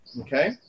Okay